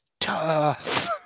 tough